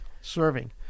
serving